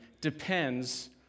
depends